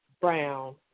Brown